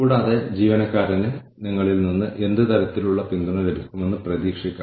കൂടാതെ നമ്മൾ ചെയ്യുന്നത് ഓർഗനൈസേഷന്റെ കാഴ്ചപ്പാടും തന്ത്രവും സ്വാധീനിക്കുന്നു